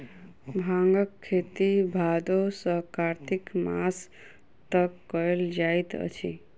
भांगक खेती भादो सॅ कार्तिक मास तक कयल जाइत अछि